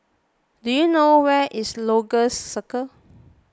do you know where is Lagos Circle